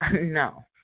No